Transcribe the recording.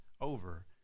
over